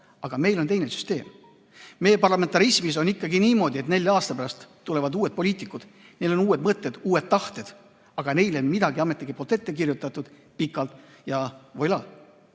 Aga meil on teine süsteem. Meie parlamentarismis on ikkagi niimoodi, et nelja aasta pärast tulevad uued poliitikud, neil on uued mõtted, uus tahe. Aga neile on ametnikud midagi pikalt ette kirjutanud javoilà.